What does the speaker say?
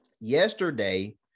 yesterday